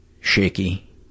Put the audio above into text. shaky